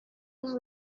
اون